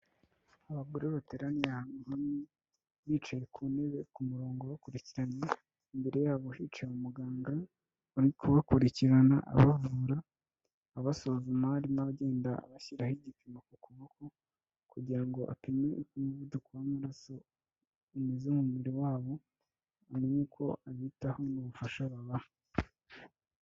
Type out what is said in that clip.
Abagore bateraniye ahantu hamwe, bicaye ku ntebe ku murongo bakurikiranye, imbere yabo hiciwe umuganga uri kubakurikirana abavura, abasuzuma, arimo agenda abashyira igipimo ku kuboko kugira ngo apime umuvuduko w'amaraso ukuntu umeze mu mubiri wabo, amenye uko abitaho n'ubufasha babaha.